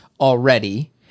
already